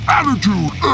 attitude